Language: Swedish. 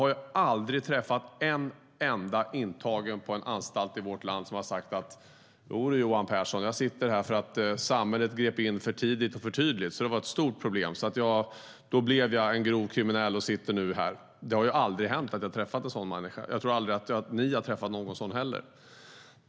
Jag har aldrig träffat en enda intagen på en anstalt i vårt land som har sagt: Ja, Johan Pehrson, jag sitter här för att samhället grep in för tidigt och för tydligt, så det blev ett stort problem. Därför blev jag en grov kriminell och sitter nu här. Det har aldrig hänt att jag har träffat en sådan människa. Jag tror inte heller att ni har gjort det.